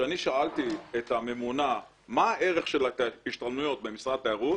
כששאלתי את הממונה מה הערך של ההשתלמויות במשרד התיירות,